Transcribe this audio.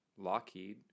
Lockheed